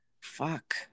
Fuck